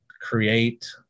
create